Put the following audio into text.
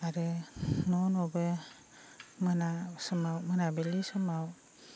आरो न' न'बो मोना समाव मोनाबिलि समाव